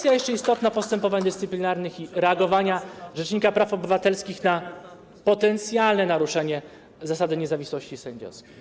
I jeszcze istotna kwestia postępowań dyscyplinarnych i reagowania rzecznika praw obywatelskich na potencjalne naruszenie zasady niezawisłości sędziowskiej.